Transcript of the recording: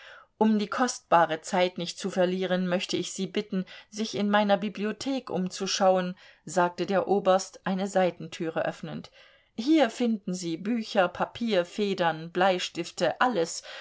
um die kostbare zeit nicht zu verlieren möchte ich sie bitten sich in meiner bibliothek umzuschauen sagte der oberst eine seitentüre öffnend hier finden sie bücher papier federn bleistifte alles